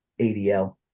ADL